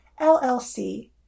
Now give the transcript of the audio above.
LLC